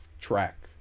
track